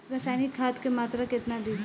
रसायनिक खाद के मात्रा केतना दी?